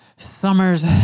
summer's